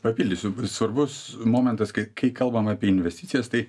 papildysiu svarbus momentas kai kai kalbam apie investicijas tai